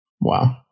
Wow